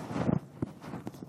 לא, עברנו